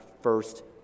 first